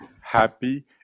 happy